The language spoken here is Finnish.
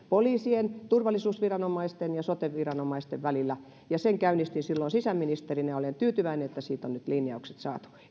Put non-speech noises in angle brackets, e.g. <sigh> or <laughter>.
<unintelligible> poliisien turvallisuusviranomaisten ja soten viranomaisten välillä sen käynnistin silloin sisäministerinä ja olen tyytyväinen että siitä on nyt linjaukset saatu